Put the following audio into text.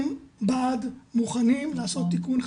הם בעד, מוכנים לעשות תיקון חקיקה,